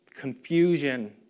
Confusion